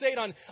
on